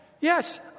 yes